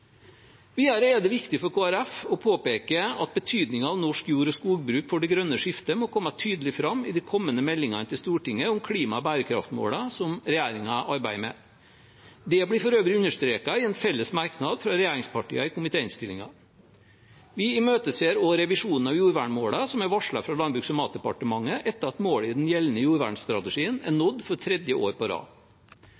Videre er det viktig for Kristelig Folkeparti å påpeke at betydningen av norsk jord- og skogbruk for det grønne skiftet må komme tydelig fram i de kommende meldingene til Stortinget om klima- og bærekraftsmålene som regjeringen arbeider med. Det blir for øvrig understreket i en felles merknad fra regjeringspartiene i komitéinnstillingen. Vi imøteser også revisjonen av jordvernmålene som er varslet fra Landbruks- og matdepartementet etter at målet i den gjeldende jordvernstrategien er